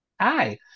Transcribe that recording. Hi